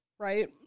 Right